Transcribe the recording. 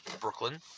Brooklyn